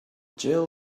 jill